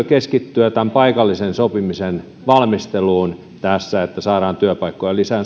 keskittyä tämän paikallisen sopimisen valmisteluun että saadaan työpaikkoja lisää